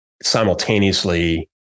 simultaneously